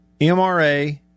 MRA